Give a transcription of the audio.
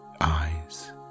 eyes